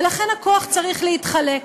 ולכן הכוח צריך להתחלק.